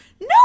No